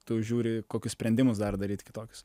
tu žiūri kokius sprendimus dar daryt kitokius